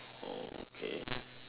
oh okay